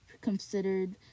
considered